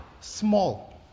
small